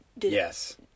Yes